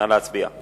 נא להצביע.